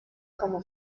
como